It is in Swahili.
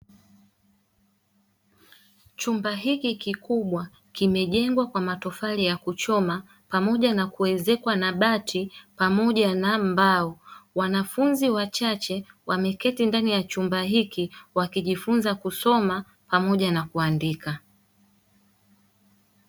Chumba hiki kikubwa kimejengwa kwa matofali ya kuchoma pamoja na kuezekwa na bati pamoja na mbao. Wanafunzi wachache wameketi ndani ya chumba hiki wakijifunza kusoma pamoja na kuandika.